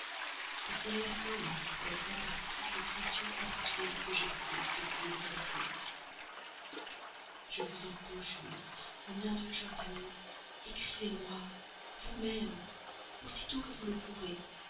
faciles celles-là seules dissipaient en partie l'oppression habituelle que j'éprouve depuis mon retour je vous en conjure mon indulgente amie écrivez-moi vous-même aussitôt que vous le pourrez